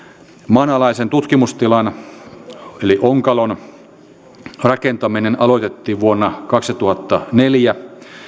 maanalaisen tutkimustilan eli onkalon rakentaminen aloitettiin vuonna kaksituhattaneljä